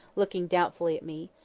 looking doubtfully at me.